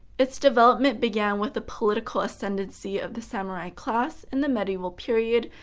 its development begins with the political ascendancy of the samurai class in the medieval period,